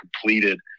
completed